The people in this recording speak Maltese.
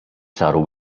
saru